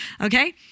Okay